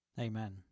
Amen